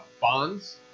bonds